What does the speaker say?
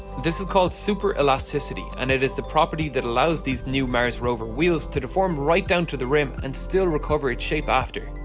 this is called super elasticity and it is the property that allows these new mars rover wheels to deform right down to the rim and still recover its shape after.